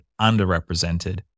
underrepresented